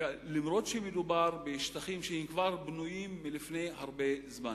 אף-על-פי שמדובר בשטחים שכבר בנויים הרבה זמן.